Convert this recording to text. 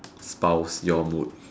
spouse your mood